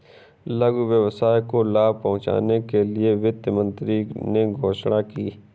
लघु व्यवसाय को लाभ पहुँचने के लिए वित्त मंत्री ने घोषणा की